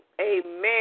amen